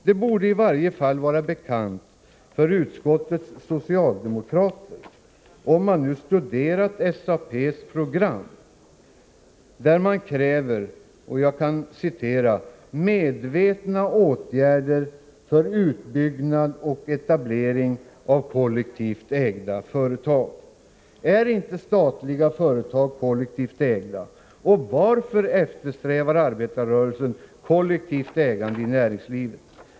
Det borde i varje fall vara bekant för utskottets socialdemokrater. Om vi studerar SAP:s program — jag har det här i fickan, om någon skulle vilja be mig läsa det — finner vi att man kräver medvetna åtgärder för utbyggnad och etablering av kollektivt ägda företag. Är inte statliga företag kollektivt ägda, och varför eftersträvar arbetarrörelsen kollektivt ägande i näringslivet?